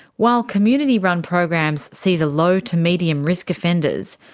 while community-run programs see the low-to-medium risk offenders,